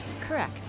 Correct